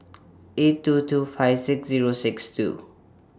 eight two two five six Zero six two